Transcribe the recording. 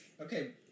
Okay